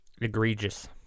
egregious